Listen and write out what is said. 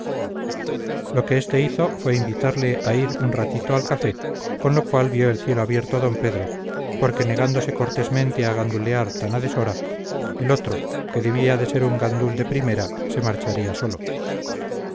lo que este hizo fue invitarle a ir un ratito al café con lo cual vio el cielo abierto d pedro porque negándose cortésmente a gandulear tan a deshora el otro que debía de ser un gandul de primera se marcharía solo